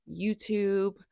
YouTube